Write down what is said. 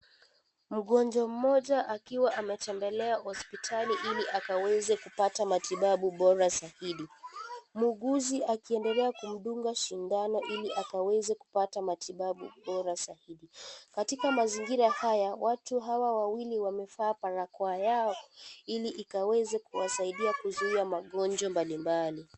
Mgonjwa mmoja akiwa ametembelea hospitali Ili akaweze kupata matibabu bora zaidi. Mhuguzi akiendelea kumdunga sindano Ili akaweze kupata matibabu bora zaidi. Katika mazingira haya, watu hawa wawili wamevaa barakoa Yao ili ikaweze kuwasaidia kuzuia magonjwa mbalimbali.